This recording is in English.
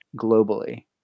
globally